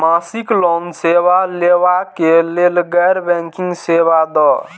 मासिक लोन लैवा कै लैल गैर बैंकिंग सेवा द?